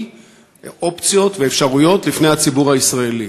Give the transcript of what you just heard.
אופציות ואפשרויות לפני הציבור הישראלי.